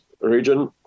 region